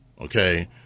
okay